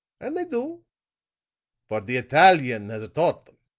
and they do but the italian has taught them.